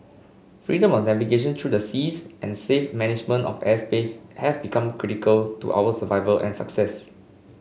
freedom of navigation through the seas and safe management of airspace have been critical to our survival and success